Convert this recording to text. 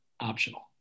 optional